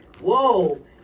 whoa